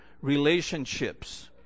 relationships